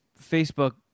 Facebook